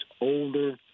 older